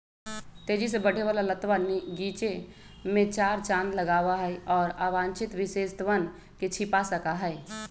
तेजी से बढ़े वाला लतवा गीचे में चार चांद लगावा हई, और अवांछित विशेषतवन के छिपा सका हई